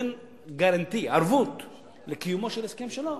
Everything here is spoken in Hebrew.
ונותן ערבות לקיומו של הסכם שלום,